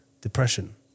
depression